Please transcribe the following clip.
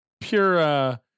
pure